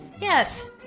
Yes